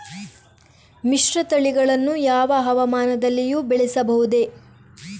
ಮಿಶ್ರತಳಿಗಳನ್ನು ಯಾವ ಹವಾಮಾನದಲ್ಲಿಯೂ ಬೆಳೆಸಬಹುದೇ?